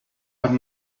but